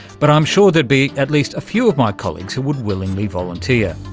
but i'm sure there'd be at least a few of my colleagues who would willingly volunteer.